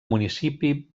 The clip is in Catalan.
municipi